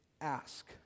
Ask